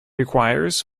requires